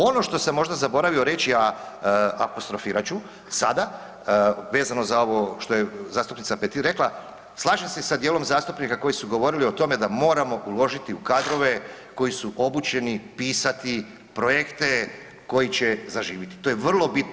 Ono što sam možda zaboravio reći, a apostrofirat ću sada, vezano za ovo što je zastupnica Petir rekla, slažem se sa dijelom zastupnika koji su govorili o tome da moramo uložiti u kadrove koji su obučeni pisati projekte, koji će zaživiti, to je vrlo bitno.